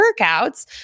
workouts